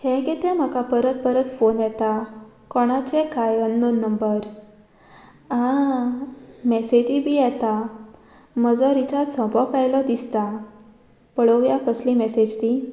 हें कितें म्हाका परत परत फोन येता कोणाचें कांय अननोन नंबर आं मॅसेजी बी येता म्हजो रिचार्ज सोंपोंक आयलो दिसता पळोवया कसली मॅसेज ती